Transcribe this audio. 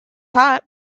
hot